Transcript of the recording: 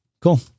Cool